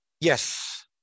Yes